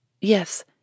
Yes